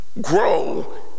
grow